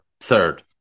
third